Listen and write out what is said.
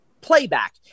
playback